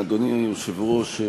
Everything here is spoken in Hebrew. אדוני היושב-ראש,